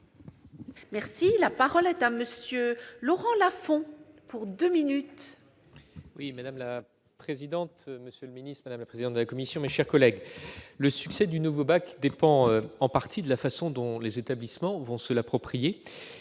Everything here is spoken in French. La parole est à M. Laurent Lafon. Madame la présidente, monsieur le ministre, madame la présidente de la commission, mes chers collègues, le succès du nouveau bac dépend en partie de la façon dont les établissements vont se l'approprier.